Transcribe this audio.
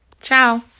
Ciao